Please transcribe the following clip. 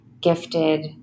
gifted